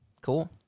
cool